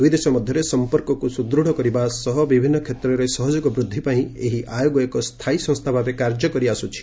ଦୁଇ ଦେଶ ମଧ୍ୟରେ ସମ୍ପର୍କକୁ ସୁଦୃଢ଼ କରିବା ସହ ବିଭିନ୍ନ କ୍ଷେତ୍ରରେ ସହଯୋଗ ବୃଦ୍ଧି ପାଇଁ ଏହି ଆୟୋଗ ଏକ ସ୍ଥାୟୀ ସଂସ୍ଥା ଭାବେ କାର୍ଯ୍ୟ କରିଆସ୍କୁଛି